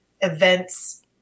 events